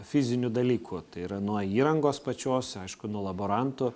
fizinių dalykų tai yra nuo įrangos pačios aišku nuo laborantų